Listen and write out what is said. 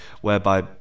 whereby